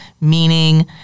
meaning